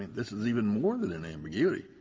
this is even more than an ambiguity.